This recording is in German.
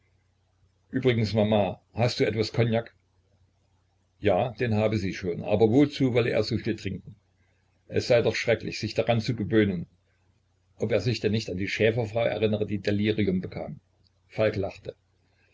übrigens mama hast du etwas cognac ja den habe sie schon aber wozu wolle er so viel trinken es sei doch schrecklich sich daran zu gewöhnen ob er sich denn nicht an die schäferfrau erinnere die delirium bekam falk lachte